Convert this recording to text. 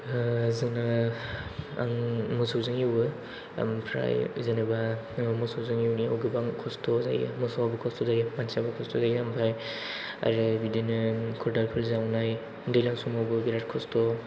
जोंनो आं मोसौजों एवो ओमफ्राय जेनेबा मोसौजों एवनायाव गोबां खस्थ' जायो मोसौआबो खस्थ' जायो मानसियाबो खस्थ' जायो ओमफ्राय ओरै बिदिनो खदालफोर जावनाय दैज्लां समावबो बिराद खस्थ'